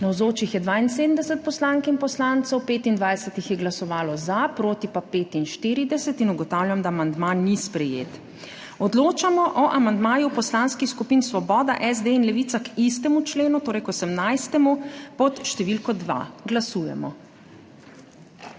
Navzočih je 72 poslank in poslancev, 25 jih je glasovalo za, proti 45. (Za je glasovalo 25.) (Proti 45.) Ugotavljam, da amandma ni sprejet. Odločamo o amandmaju Poslanskih skupin Svoboda, SD in Levica k istemu členu, torej 18. pod številko 2. Glasujemo.